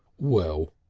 well,